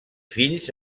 fills